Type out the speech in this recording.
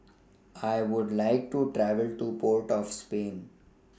I Would like to travel to Port of Spain